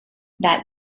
that